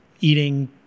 eating